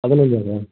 அதில் இல்லையா சார்